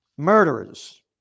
Murderers